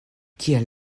kiel